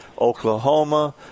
Oklahoma